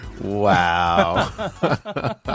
Wow